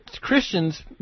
Christians